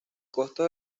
costos